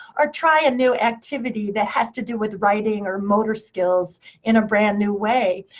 or try a new activity that has to do with writing or motor skills in a brand new way.